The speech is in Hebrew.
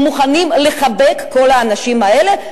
הם מוכנים לחבק את כל האנשים האלה.